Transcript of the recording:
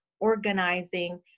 organizing